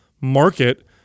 market